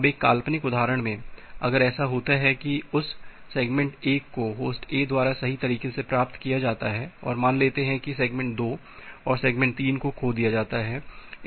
अब एक काल्पनिक उदाहरण में अगर ऐसा होता है कि इस सेगमेंट 1 को होस्ट A द्वारा सही तरीके से प्राप्त किया जाता है और मान लेते हैं कि सेगमेंट 2 और सेगमेंट 3 को खो दिया जाता है